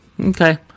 Okay